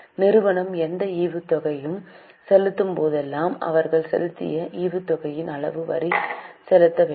நிறுவனம் எந்த ஈவுத்தொகையும் செலுத்தும்போதெல்லாம் அவர்கள் செலுத்திய ஈவுத்தொகையின் அளவுக்கு வரி செலுத்த வேண்டும்